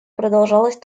продолжалась